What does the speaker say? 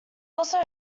also